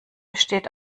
besteht